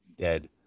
dead